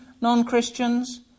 non-Christians